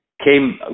came